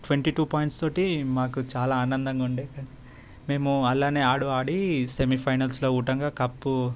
twenty two points తోటి మాకు చాలా ఆనందంగా ఉండే మేము అలానే ఆడు ఆడి సెమీఫైనల్స్లో గుట్టంగా కప్పు